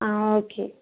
ஆ okay